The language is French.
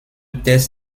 test